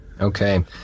okay